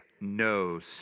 knows